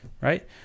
right